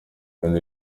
ibintu